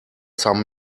some